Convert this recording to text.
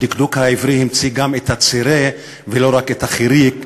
הדקדוק העברי המציא גם את הצירה ולא רק את החיריק,